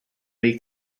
make